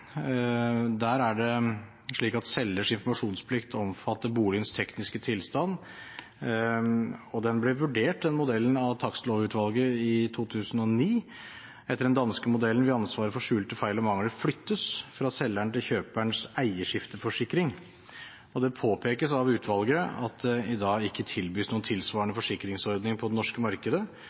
Der er det slik at selgers informasjonsplikt omfatter boligens tekniske tilstand. Den modellen ble vurdert av Takstlovutvalget i 2009. Etter den danske modellen vil ansvaret for skjulte feil og mangler flyttes fra selgeren til kjøperens eierskifteforsikring. Det ble påpekt av utvalget at det ikke tilbys noen tilsvarende forsikringsordning på det norske markedet,